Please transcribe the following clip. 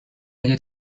اگه